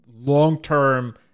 Long-term